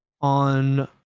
on